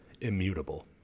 immutable